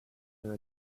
are